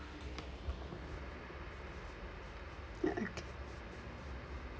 no okay